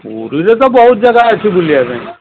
ପୁରୀରେ ତ ବହୁତ ଜାଗା ଅଛି ବୁଲିବା ପାଇଁ